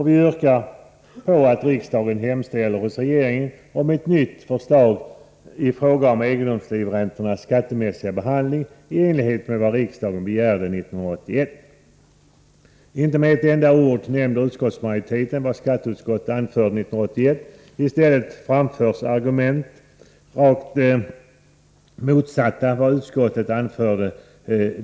Vi yrkar på att riksdagen hemställer hos regeringen om ett nytt förslag i fråga om egendomslivräntornas skattemässiga behandling i enlighet med vad riksdagen begärde 1981. Inte med ett enda ord nämner utskottsmajoriteten vad utskottet anförde 1981. I stället framförs argument som står i rak motsättning till vad utskottet då anförde.